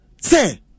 Say